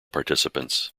participants